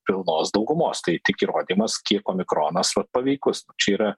pilnos daugumos tai tik įrodymas kiek omikronas vat paveikus čia yra